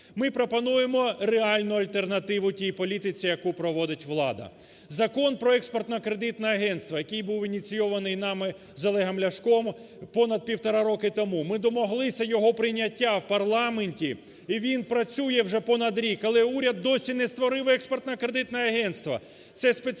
Ми пропонуємо реальну альтернативу тій політиці, яку проводить влада. Закон про Експортно-кредитне агентство, який був ініційований нами з Олегом Ляшком понад півтора роки тому, ми домоглися його прийняття в парламенті, і він працює вже понад рік. Але уряд досі не створив Експортно-кредитне агентство.